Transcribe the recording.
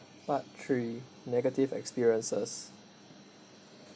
part three negative experiences